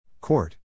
Court